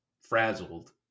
frazzled